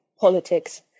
politics